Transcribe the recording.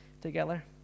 together